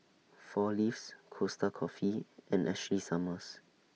four Leaves Costa Coffee and Ashley Summers